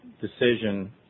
decision